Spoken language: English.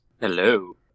Hello